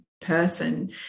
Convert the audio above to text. person